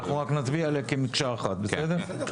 אנחנו רק נצביע עליהן כמקשה אחת, בסדר?